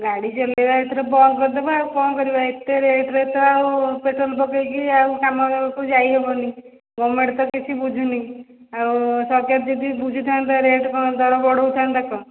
ଗାଡ଼ି ଚଲେଇବା ଏଥର ବନ୍ଦ କରିଦେବା ଆଉ କଣ କରିବା ଏତେ ରେଟ୍ ରେ ତ ଆଉ ପେଟ୍ରୋଲ୍ ପକେଇକି ଆଉ କାମକୁ ଯାଇହେବନି ଗଭ୍ମେଣ୍ଟ ତ କିଛି ବୁଝୁନି ଆଉ ସରକାର ଯଦି ବୁଝିଥାନ୍ତା ରେଟ୍ କଣ ତାହେଲେ ବଢ଼ଉଥାନ୍ତା କଣ